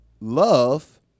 love